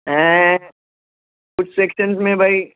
ऐं कुझु सैक्शनस में बई